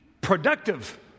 productive